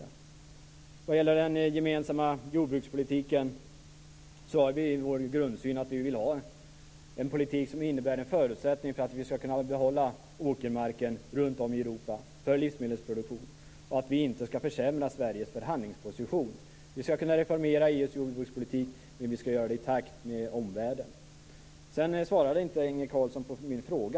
När det gäller den gemensamma jordbrukspolitiken har vi den grundsynen att vi vill ha en politik som ger möjlighet att behålla åkermarken runt om i Europa för livsmedelsproduktion och att vi inte ska försämra Sveriges förhandlingsposition. Vi ska reformera EU:s jordbrukspolitik, men det ska ske i takt med omvärlden. Inge Carlsson svarade inte på min tidigare fråga.